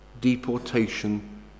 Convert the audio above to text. deportation